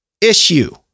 issue